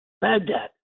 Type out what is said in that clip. Baghdad